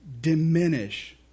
diminish